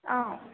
অঁ